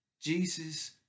Jesus